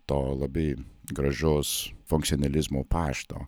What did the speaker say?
to labai gražaus funkcionelizmo pašto